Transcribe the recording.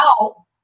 out